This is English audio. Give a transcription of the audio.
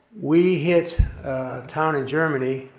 we hit a town in germany,